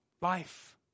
life